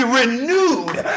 renewed